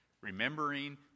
remembering